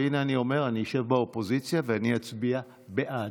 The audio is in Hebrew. והינה אני אומר: אני אשב באופוזיציה ואני אצביע בעד.